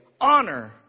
honor